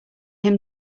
him